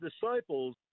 disciples